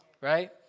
right